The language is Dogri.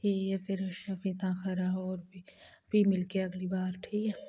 अच्छा फ्ही खरा और मिलगे अगली बार फ्ही ठीक ऐ